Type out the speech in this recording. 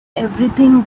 everything